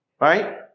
Right